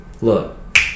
Look